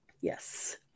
Yes